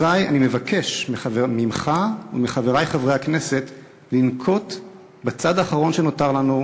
אזי אני מבקש ממך ומחברי חברי הכנסת לנקוט את הצעד האחרון שנותר לנו,